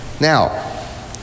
Now